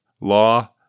law